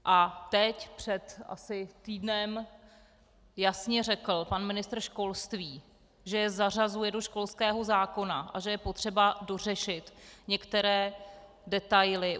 A teď asi před týdnem jasně řekl pan ministr školství, že je zařazuje do školského zákona a že je potřeba dořešit některé detaily.